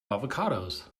avocados